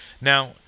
Now